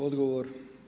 Odgovor?